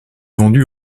vendu